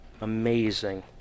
Amazing